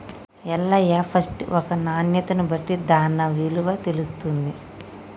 Ellaiah first ఒక నాణ్యతను బట్టి దాన్న విలువ ఉంటుంది